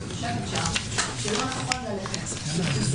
היא אמרה שהיא חושבת שלא נכון ללכת לפי